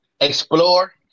explore